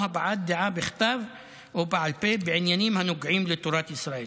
או הבעת דעה בכתב או בעל פה בעניינים הנוגעים לתורת ישראל.